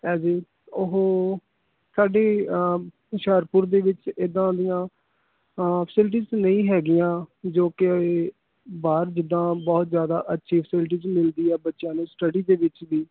ਹੈਗੇ ਉਹ ਸਾਡੀ ਹੁਸ਼ਿਆਰਪੁਰ ਦੇ ਵਿੱਚ ਇੱਦਾਂ ਦੀਆਂ ਫੈਸਿਲਟੀਜ਼ ਨਹੀਂ ਹੈਗੀਆਂ ਜੋ ਕਿ ਬਾਹਰ ਜਿੱਦਾਂ ਬਹੁਤ ਜ਼ਿਆਦਾ ਅੱਛੀ ਫੈਸਿਲਿਟੀਜ਼ ਮਿਲਦੀ ਆ ਬੱਚਿਆਂ ਨੂੰ ਸਟਡੀ ਦੇ ਵਿੱਚ ਵੀ